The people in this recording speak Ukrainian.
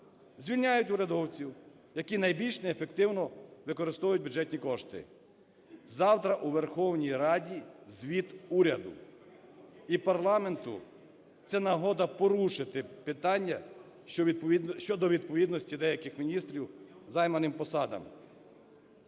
звільняють урядовців, які найбільш неефективно використовують бюджетні кошти. Завтра у Верховній Раді звіт уряду, і парламенту - це нагода порушити питання щодо відповідності деяких міністрів займаним посадам.